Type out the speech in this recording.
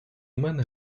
мене